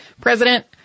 President